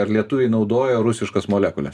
ar lietuviai naudoja rusiškas molekules